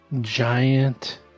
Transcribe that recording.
giant